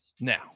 Now